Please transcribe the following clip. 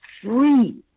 free